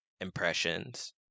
impressions